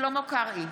שלמה קרעי,